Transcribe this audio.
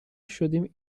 شدیم